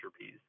piece